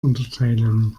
unterteilen